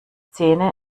szene